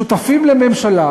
שותפים לממשלה